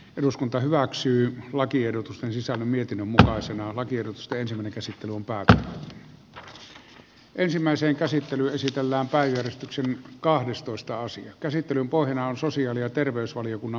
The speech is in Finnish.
eduskunta hyväksyy lakiehdotusten sisällön mietinnön mukaan sanoo tiedostaen selvitys lupaa ensimmäisen käsittely esitellään päivystyksen kahdestoista osin käsittelyn pohjana on sosiaali ja terveysvaliokunnan mietintö